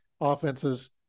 offenses